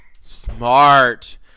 Smart